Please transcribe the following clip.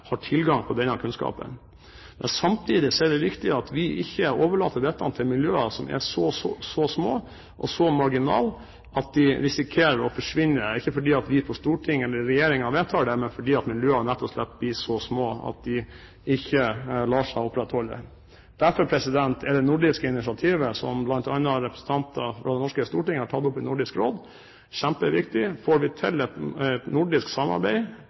tilgang på denne kunnskapen. Samtidig er det viktig at vi ikke overlater dette til miljøer som er så små og så marginale at de risikerer å forsvinne, ikke fordi vi på Stortinget eller i regjeringen vedtar det, men fordi miljøene rett og slett blir så små at de ikke lar seg opprettholde. Derfor er det nordiske initiativet, som bl.a. representanter for Det norske storting har tatt i Nordisk Råd, kjempeviktig. Får vi til et nordisk samarbeid